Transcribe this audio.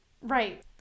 Right